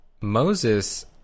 Moses